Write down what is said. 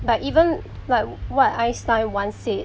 but even like what einstein once said